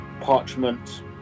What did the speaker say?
parchment